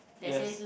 yes